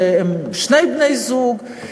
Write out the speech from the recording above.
שהם שני בני-זוג,